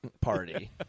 party